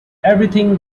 everything